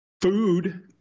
Food